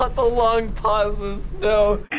but the long pauses, no.